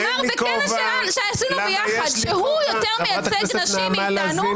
הוא אמר בכנס שעשינו יחד שהוא יותר מייצג נשים מאתנו -- חבר הכנסת